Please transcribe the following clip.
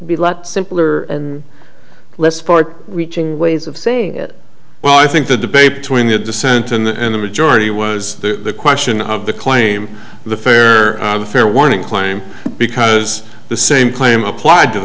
lot be a lot simpler and less support reaching ways of saying it well i think the debate between the dissent and the majority was the question of the claim the fair the fair warning claim because the same claim applied to